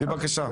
בבקשה.